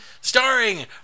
Starring